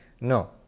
No